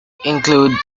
include